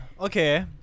okay